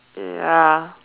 ya